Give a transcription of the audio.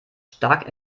stark